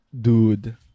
Dude